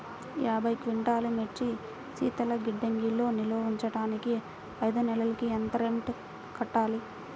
యాభై క్వింటాల్లు మిర్చి శీతల గిడ్డంగిలో నిల్వ ఉంచటానికి ఐదు నెలలకి ఎంత రెంట్ కట్టాలి?